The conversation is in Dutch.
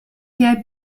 jij